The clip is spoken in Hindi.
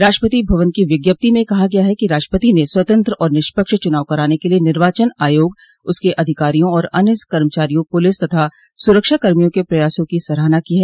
राष्ट्रपति भवन की विज्ञप्ति में कहा गया है कि राष्ट्रपति ने स्वतंत्र और निष्पक्ष चुनाव कराने के लिए निर्वाचन आयोग उसके अधिकारियों और अन्य कर्मचारियों पुलिस तथा सुरक्षाकर्मियों के प्रयासों की सराहना की है